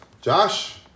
Josh